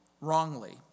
wrongly